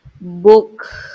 book